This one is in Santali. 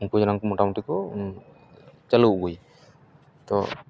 ᱩᱱᱠᱩ ᱡᱮᱱᱚ ᱢᱳᱴᱟ ᱢᱩᱴᱤ ᱠᱚ ᱪᱟᱹᱞᱩ ᱟᱹᱜᱩᱭ ᱛᱳ